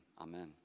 Amen